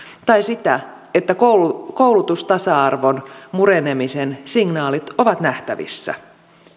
tai sitä että koulutustasa arvon murenemisen signaalit ovat nähtävissä